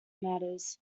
matters